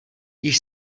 již